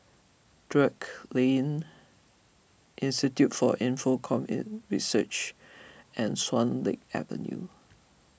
Drake Lane Institute for Infocomm Research and Swan Lake Avenue